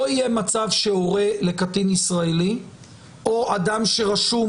לא יהיה מצב שהורה לקטין ישראלי או אדם שרשום